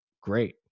great